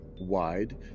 wide